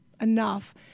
enough